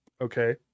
Okay